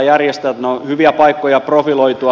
ne ovat hyviä paikkoja profiloitua